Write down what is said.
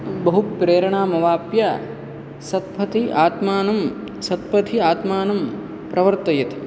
बहुप्रेरणामवाप्य सत्पथि आत्मानं सत्पथि आत्मानं प्रवर्तयेत्